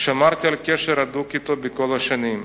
"שמרתי על קשר הדוק אתו כל השנים.